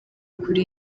kuri